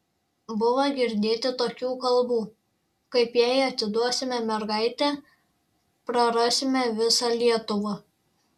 buvo girdėti tokių kalbų kaip jei atiduosime mergaitę prarasime visą lietuvą